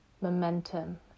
momentum